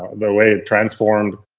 the way it transformed,